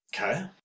Okay